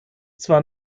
zwar